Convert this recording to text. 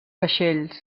vaixells